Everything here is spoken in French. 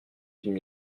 venu